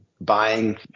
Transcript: buying